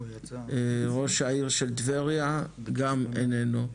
ראש העיר של טבריה גם איננו.